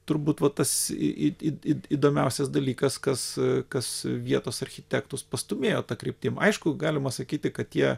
turbūt va tas į į į įdomiausias dalykas kas kas vietos architektus pastūmėjo ta kryptim aišku galima sakyti kad jie